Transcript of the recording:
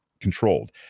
controlled